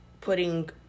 putting